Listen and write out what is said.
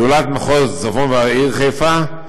זולת מחוז צפון והעיר חיפה,